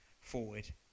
forward